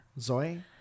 Zoe